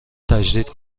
تجدید